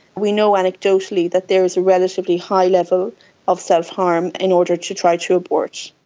we know anecdotally that there is a relatively high level of self-harm in order to try to abort.